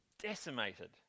decimated